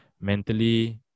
mentally